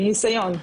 מניסיון,